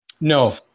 No